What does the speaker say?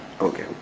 Okay